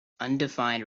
undefined